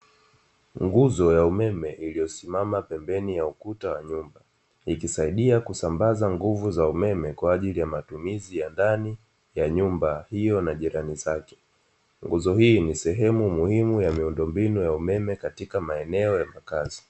Nguzo ya umeme iliyosimama pembeni ya ukuta wa nyumba ikisaidia kusambaza nguvu za umeme kwa ajili ya matumizi ya ndani ya nyumba hiyo na jirani zake. Nguzo hii ni sehemu muhimu ya miundombinu ya umeme katika maeneo ya makazi.